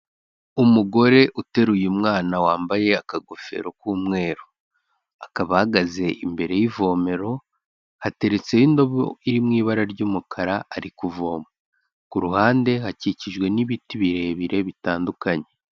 Umugore uteruye umwana wambaye akagofero k'umweru akaba ahagaze imbere y'ivomero hateretseho indobo iri mu ibara ry'umukara ari kuvoma, ku ruhande hakikijwe n'ibiti birebire bitandukanye.